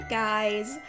guys